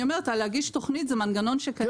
אני אומרת: להגיש תוכנית זה מנגנון שקיים כבר היום.